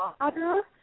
water